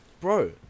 Bro